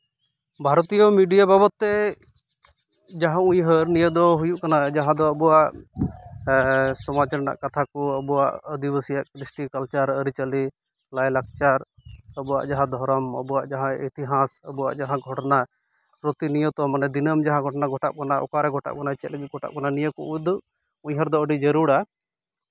ᱵᱷᱟᱨᱚᱛᱤᱭᱚ ᱢᱤᱰᱤᱭᱟ ᱵᱟᱵᱚᱫ ᱛᱮ ᱡᱟᱦᱟᱸ ᱩᱭᱦᱟᱹᱨ ᱱᱤᱭᱟᱹ ᱫᱚ ᱦᱩᱭᱩᱜ ᱠᱟᱱᱟ ᱡᱟᱦᱟᱸ ᱫᱚ ᱟᱵᱚᱣᱟᱜ ᱥᱚᱢᱟᱡᱽ ᱨᱮᱱᱟᱜ ᱠᱟᱛᱷᱟ ᱠᱚ ᱟᱵᱚᱣᱟᱜ ᱟᱹᱫᱤᱵᱟᱹᱥᱤᱭᱟᱜ ᱠᱨᱤᱥᱤ ᱠᱟᱞᱪᱟᱨ ᱟᱹᱨᱤᱼᱪᱟᱹᱞᱤ ᱞᱟᱭᱼᱞᱟᱠᱪᱟᱨ ᱟᱵᱚᱣᱟᱜ ᱡᱟᱦᱟᱸ ᱫᱷᱚᱨᱚᱢ ᱟᱵᱚᱣᱟᱜ ᱡᱟᱦᱟᱸ ᱤᱛᱤᱦᱟᱥ ᱟᱵᱚᱣᱟᱜ ᱡᱟᱦᱟᱸ ᱜᱷᱚᱴᱚᱱᱟ ᱯᱨᱚᱛᱤᱱᱚᱭᱚᱛᱚ ᱢᱟᱱᱮ ᱫᱤᱱᱟᱹᱢ ᱡᱟᱦᱟᱸ ᱜᱷᱚᱴᱚᱱᱟ ᱜᱷᱚᱴᱟᱜ ᱠᱟᱱᱟ ᱚᱠᱟᱨᱮ ᱜᱷᱚᱴᱟᱜ ᱠᱟᱱᱟ ᱪᱮᱫ ᱠᱚ ᱜᱷᱚᱴᱟᱜ ᱠᱟᱱᱟ ᱱᱤᱭᱟᱹ ᱠᱚ ᱩᱫᱩᱜ ᱩᱭᱦᱟᱹᱨ ᱫᱚ ᱟᱹᱰᱤ ᱡᱟᱹᱨᱩᱲᱟ